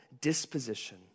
disposition